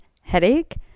headache